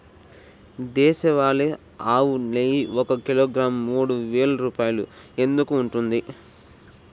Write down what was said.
దేశవాళీ ఆవు నెయ్యి ఒక కిలోగ్రాము మూడు వేలు రూపాయలు ఎందుకు ఉంటుంది?